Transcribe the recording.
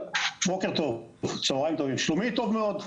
בוקר טוב, צוהריים טובים, שלומי טוב מאוד.